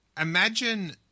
Imagine